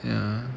ya